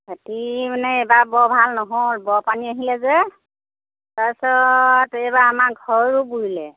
খেতি মানে এবাৰ বৰ ভাল নহ'ল বানপানী আহিলে যে তাৰপিছত এইবাৰ আমাৰ ঘৰো বুৰিলে